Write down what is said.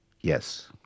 Yes